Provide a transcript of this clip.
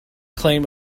claim